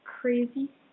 crazy